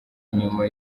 nyuma